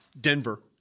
Denver